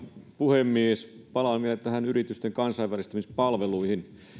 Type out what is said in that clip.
puhemies palaan vielä yritysten kansainvälistämispalveluihin tämä